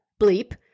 bleep